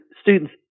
student's